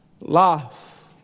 laugh